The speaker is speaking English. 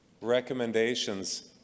recommendations